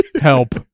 Help